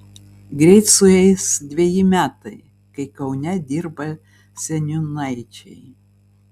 greit sueis dveji metai kai kaune dirba seniūnaičiai